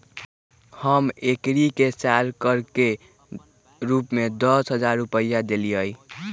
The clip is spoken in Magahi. हम एम्की के साल कर के रूप में दस हज़ार रुपइया देलियइ